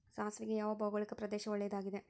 ಸಾಸಿವೆಗೆ ಯಾವ ಭೌಗೋಳಿಕ ಪ್ರದೇಶ ಒಳ್ಳೆಯದಾಗಿದೆ?